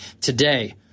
today